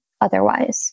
otherwise